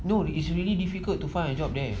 no it's really difficult to find a job there